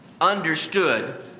understood